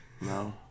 No